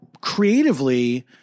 creatively